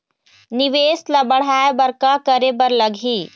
निवेश ला बढ़ाय बर का करे बर लगही?